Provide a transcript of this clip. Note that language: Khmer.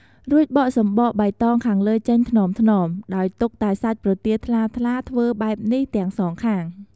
រួចបកសំបកបៃតងខាងលើចេញថ្នមៗ ដោយទុកតែសាច់ប្រទាលថ្លាៗ ធ្វើបែបនេះទាំងសងខាង។